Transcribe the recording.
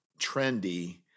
trendy